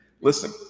Listen